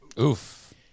Oof